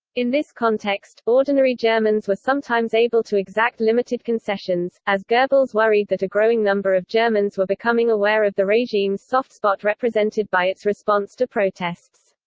in this context, ordinary germans were sometimes able to exact limited concessions, as goebbels worried that a growing number of germans were becoming aware of the regime's soft spot represented by its response to protests.